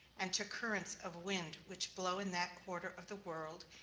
and to currents of wind which blow in that quarter of the world,